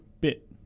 Bit